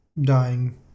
dying